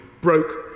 broke